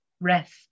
rest